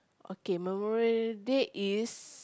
okay memorable date is